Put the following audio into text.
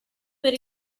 per